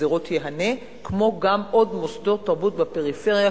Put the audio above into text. אני הקציתי אותה השנה לחיזוק מוסדות תרבות בפריפריה.